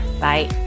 Bye